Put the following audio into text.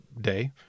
day